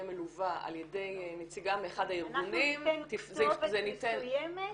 מלווה על ידי נציגה מאחד הארגונים --- אנחנו ניתן כתובת מסוימת,